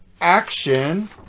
action